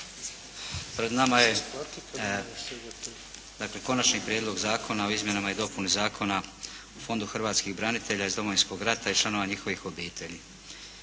Pred nama je dakle Konačni prijedlog Zakona o izmjenama i dopuni Zakona o Fondu hrvatskih branitelja iz Domovinskog rata i članova njihovih obitelji.